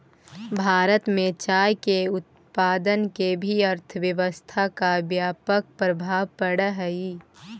भारत में चाय के उत्पादन के भी अर्थव्यवस्था पर व्यापक प्रभाव पड़ऽ हइ